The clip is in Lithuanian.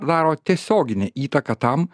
daro tiesioginę įtaką tam